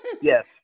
Yes